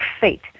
fate